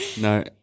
no